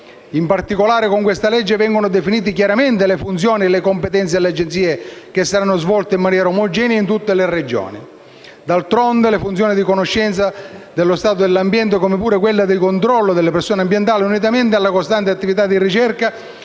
In particolare, con questo disegno di legge vengono definite chiaramente le funzioni e le competenze delle Agenzie, che saranno svolte in maniera omogenea in tutte le Regioni. D'altronde le funzioni di conoscenza dello stato dell'ambiente, come pure quella del controllo delle pressioni ambientali, unitamente alla costante attività di ricerca,